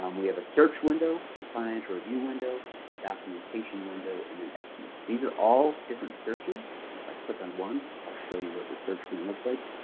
um we have a search window, a financial review window, a documentation window, and then estimates. these are all different searches. and if i click on one, i'll show you what the search one and looks like.